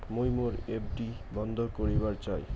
মুই মোর এফ.ডি বন্ধ করিবার চাই